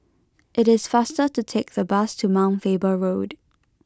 it is faster to take the bus to Mount Faber Road